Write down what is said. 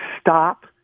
stop